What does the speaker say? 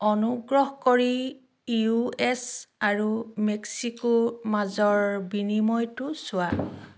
অনুগ্ৰহ কৰি U S আৰু মেক্সিকো মাজৰ বিনিময়টো চোৱা